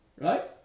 right